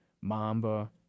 mamba